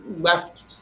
left